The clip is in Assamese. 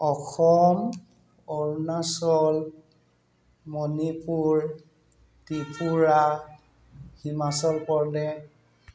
অসম অৰুণাচল মণিপুৰ ত্ৰিপুৰা হিমাচল প্ৰদেশ